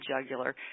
jugular